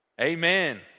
Amen